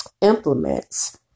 implements